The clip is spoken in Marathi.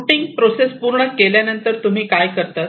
रुटींग प्रोसेस पूर्ण केल्यावर तुम्ही काय करतात